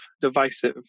divisive